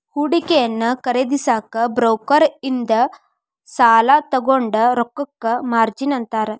ಹೂಡಿಕೆಯನ್ನ ಖರೇದಿಸಕ ಬ್ರೋಕರ್ ಇಂದ ಸಾಲಾ ತೊಗೊಂಡ್ ರೊಕ್ಕಕ್ಕ ಮಾರ್ಜಿನ್ ಅಂತಾರ